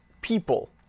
people